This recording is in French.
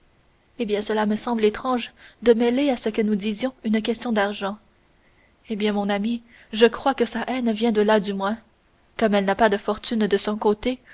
eh bien cela me semble étrange de mêler à ce que nous disions une question d'argent eh bien mon ami je crois que sa haine vient de là du moins comme elle n'a pas de fortune de son côté